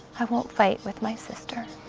i won't fight with my sister.